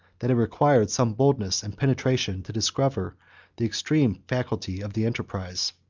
that it required some boldness and penetration to discover the extreme facility of the enterprise.